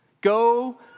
Go